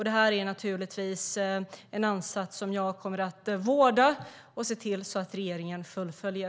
Det här är givetvis en ansats som jag kommer att vårda och se till att regeringen fullföljer.